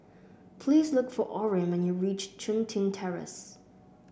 please look for Orin when you reach Chun Tin Terrace